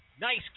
Nice